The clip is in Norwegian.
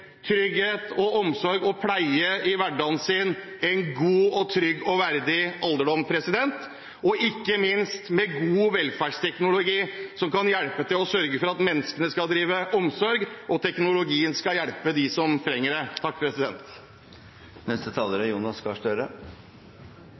trygghet, omsorg og pleie i hverdagen, en god, trygg og verdig alderdom, ikke minst med god velferdsteknologi, som kan sørge for at menneskene skal drive omsorg, og at teknologien skal hjelpe dem som trenger det! Jeg skal ta ned volumet! Jeg synes det er